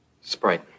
Sprite